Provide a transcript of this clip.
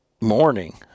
morning